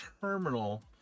terminal